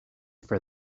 for